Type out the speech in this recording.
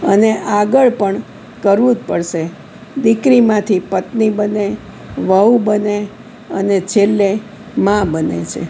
અને આગળ પણ કરવુ જ પડશે દીકરીમાંથી પત્ની બને વહુ બને અને છેલ્લે મા બને છે